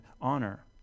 honor